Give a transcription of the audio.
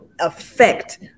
affect